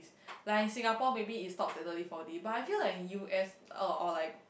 like Singapore maybe it stops at thirty forty but I feel like in U_S uh or like